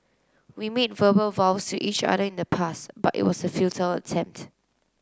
we made verbal vows to each other in the past but it was a futile attempt